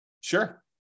Sure